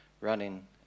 running